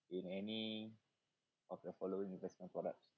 in any of the following investment products